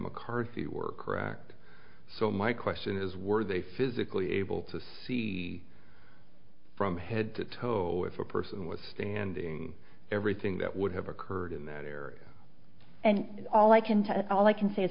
mccarthy work correctly so my question is were they physically able to see from head to toe if a person was standing everything that would have occurred in there and all i can tell it all i can say is